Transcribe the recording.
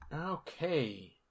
Okay